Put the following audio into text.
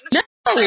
no